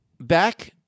back